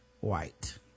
White